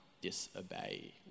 disobey